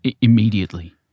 immediately